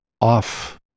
off